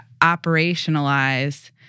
operationalize